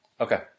Okay